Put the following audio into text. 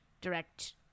direct